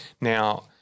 Now